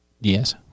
Yes